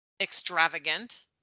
extravagant